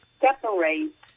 separate